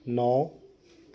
नौ